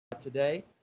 today